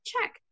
check